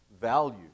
value